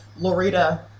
Lorita